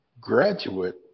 graduate